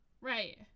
Right